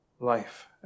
life